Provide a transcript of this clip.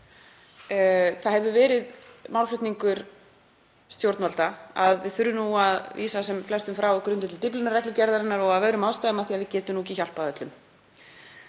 það hefur verið málflutningur stjórnvalda að við þurfum að vísa sem flestum frá á grundvelli Dyflinnarreglugerðarinnar og af öðrum ástæðum, af því að við getum ekki hjálpað öllum.